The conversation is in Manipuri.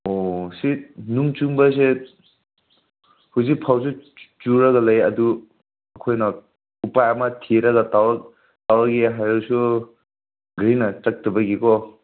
ꯑꯣ ꯁꯤ ꯅꯣꯡ ꯆꯨꯕꯁꯦ ꯍꯧꯖꯤꯛ ꯐꯥꯎꯁꯨ ꯆꯨꯔꯒ ꯂꯩꯌ ꯑꯗꯨ ꯑꯩꯈꯣꯏꯅ ꯎꯄꯥꯏ ꯑꯃ ꯊꯤꯔꯒ ꯇꯧꯔꯒꯦ ꯍꯥꯏꯔꯁꯨ ꯒꯥꯔꯤꯅ ꯆꯠꯇꯕꯒꯤ ꯀꯣ